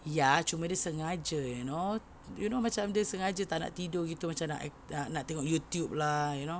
ya cuma dia sengaja you know you know macam dia sengaja tak nak tidur gitu macam nak nak tengok YouTube lah you know